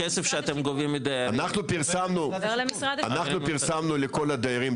הכסף שאתם גובים מדיירים --- אנחנו פרסמנו לכל הדיירים,